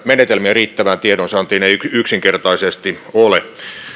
menetelmiä riittävään tiedonsaantiin ei yksinkertaisesti ole